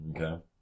okay